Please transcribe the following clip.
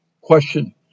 Question